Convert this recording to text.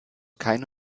keine